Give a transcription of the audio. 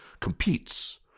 competes